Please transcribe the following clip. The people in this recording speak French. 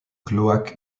cloaque